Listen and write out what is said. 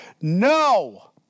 No